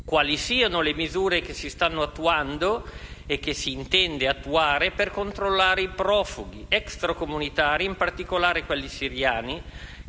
quali siano le misure che si stanno attuando e che si intende attuare per controllare i profughi extracomunitari, in particolare quelli siriani